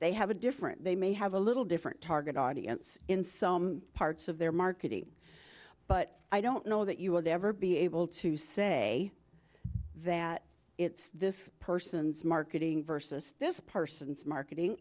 they have a different they may have a little different target audience in some parts of their marketing but i don't know that you would ever be able to say that it's this person's marketing versus this person's marketing